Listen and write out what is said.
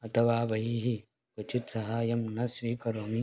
अथवा बहिः क्वचित्सहाय्यं न स्वीकरोमि